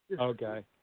Okay